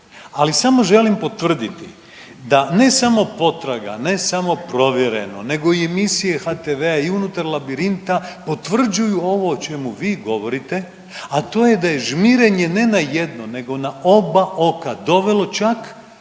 Ali samo želim potvrditi da ne samo Potraga, ne samo Provjereno, nego i emisije HTV-a i unutar Labirinta potvrđuju ovo o čemu vi govorite a to je da je žmirenje ne na jedno, nego na oba oka dovelo čak